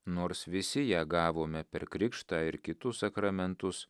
nors visi ją gavome per krikštą ir kitus sakramentus